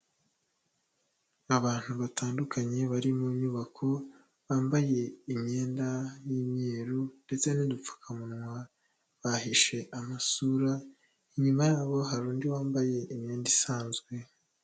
Abantu batandukanye bari mu nyubako, bambaye imyenda y'imyeru ndetse n'udupfukamunwa, bahishe amasura, inyuma yabo, hari undi wambaye imyenda isanzwe.